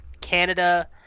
Canada